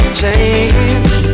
change